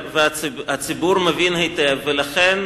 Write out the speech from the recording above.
הציבור מבין היטב, ולכן,